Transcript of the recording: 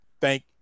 thank